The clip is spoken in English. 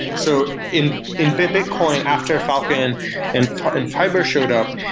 so in in bitcoin after falcon and and fiber showed up,